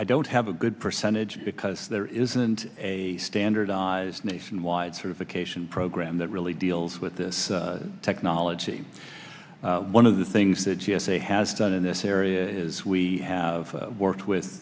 i don't have a good percentage because there isn't a standardized nationwide certification program that really deals with this technology one of the things that g s a has done in this area is we have worked with